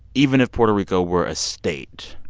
even if puerto rico were a state,